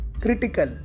critical